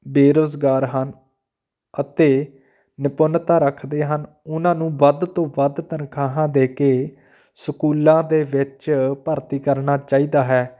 ਬੇਰੁਜ਼ਗਾਰ ਹਨ ਅਤੇ ਨਿਪੁੰਨਤਾ ਰੱਖਦੇ ਹਨ ਉਹਨਾਂ ਨੂੰ ਵੱਧ ਤੋਂ ਵੱਧ ਤਨਖਾਹਾਂ ਦੇ ਕੇ ਸਕੂਲਾਂ ਦੇ ਵਿੱਚ ਭਰਤੀ ਕਰਨਾ ਚਾਹੀਦਾ ਹੈ